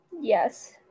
yes